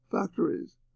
factories